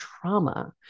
trauma